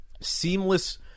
seamless